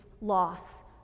loss